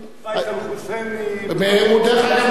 על פייסל חוסייני, דרך אגב, הוא נמצא,